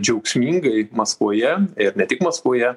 džiaugsmingai maskvoje ir ne tik maskvoje